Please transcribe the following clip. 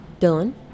Dylan